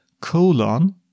colon